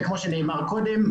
כמו שנאמר קודם,